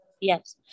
Yes